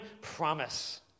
promise